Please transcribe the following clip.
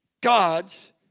God's